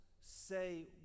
say